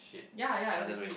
ya ya exactly